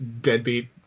deadbeat